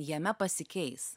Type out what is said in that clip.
jame pasikeis